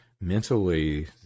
mentally